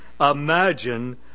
Imagine